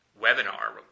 webinar